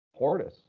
Portis